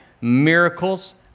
miracles